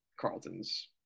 Carlton's